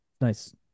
Nice